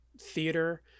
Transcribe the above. theater